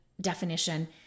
definition